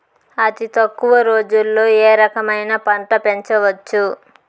అతి తక్కువ రోజుల్లో ఏ రకమైన పంట పెంచవచ్చు?